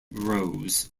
rose